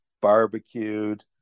barbecued